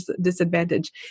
disadvantage